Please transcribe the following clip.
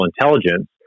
intelligence